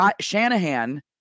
Shanahan